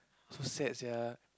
so sad sia